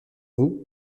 vous